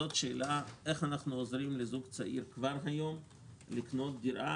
איך אנחנו עוזרים לזוג צעיר כבר היום לקנות דירה,